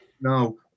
No